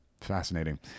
fascinating